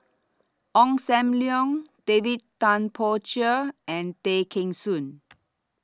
Ong SAM Leong David Tay Poey Cher and Tay Kheng Soon